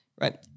Right